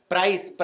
Price